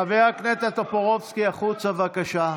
חבר הכנסת טופורובסקי, החוצה,